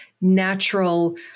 natural